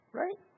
right